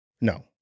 No